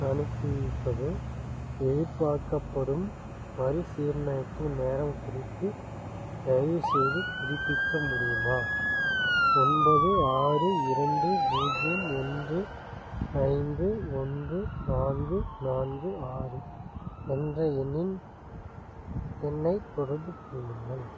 அனுப்பிப்பது எதிர்பார்க்கப்படும் மறுசீரனைப்பு நேரம் குறித்து தயவுசெய்து புதுப்பிக்க முடியுமா ஒன்பது ஆறு இரண்டு பூஜ்ஜியம் ஒன்று ஐந்து ஒன்று நான்கு நான்கு ஆறு என்ற எண்ணின் என்னைத் தொடர்பு கொள்ளுங்கள்